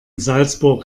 salzburg